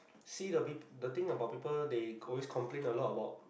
see a bit the thing about people they always complain a lot about